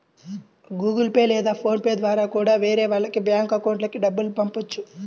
Google Pay లేదా PhonePe పే ద్వారా కూడా వేరే వాళ్ళ బ్యేంకు అకౌంట్లకి డబ్బుల్ని పంపొచ్చు